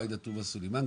עאידא תומא סלימאן,